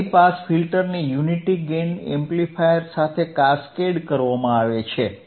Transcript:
high pass ફિલ્ટરને unity gain amplifier સાથે cascade કરવામાં આવે છે